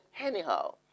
anyhow